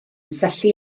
syllu